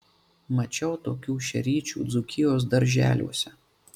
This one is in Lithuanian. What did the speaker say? mačiau tokių šeryčių dzūkijos darželiuose